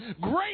Great